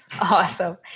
Awesome